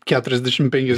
keturiasdešim penkias